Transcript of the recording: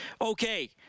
Okay